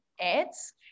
ads